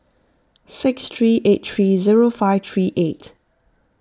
six three eight three zero five three eight